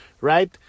right